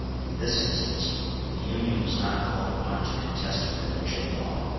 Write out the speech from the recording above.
in this instance the union was not called upon to contest a provincial law,